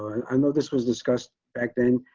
i know this was discussed back then,